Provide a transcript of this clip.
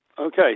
Okay